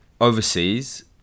Overseas